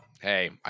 Hey